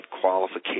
qualification